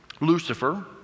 Lucifer